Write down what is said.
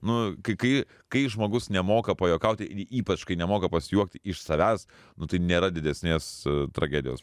nu kai kai kai žmogus nemoka pajuokauti ypač kai nemoka pasijuokti iš savęs nu tai nėra didesnės tragedijos